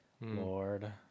Lord